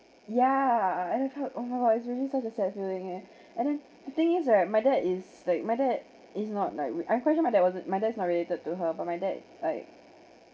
yeah I have heard oh my god it's really such a sad feeling eh and then the thing is right my dad is like my dad is not like I question my dad wasn't my dad is not related to her but my dad like